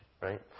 Right